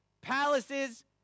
palaces